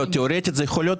תיאורטית זה יכול להיות.